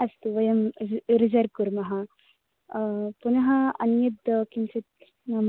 अस्तु वयं र् र् रिज़र्व् कुर्मः पुनः अन्यद् किञ्चित् नाम